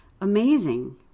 Amazing